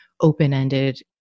open-ended